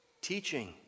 teaching